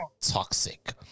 toxic